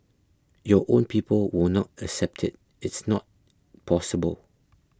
your own people will not accept it it's not possible